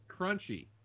crunchy